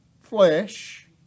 flesh